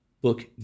book